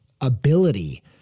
ability